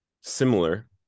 Similar